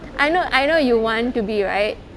I know I know you want to be right